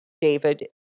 David